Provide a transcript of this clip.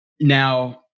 now